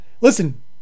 listen